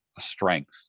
strength